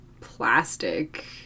plastic